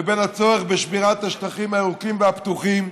ובין הצורך בשמירת השטחים הירוקים והפתוחים.